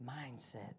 mindset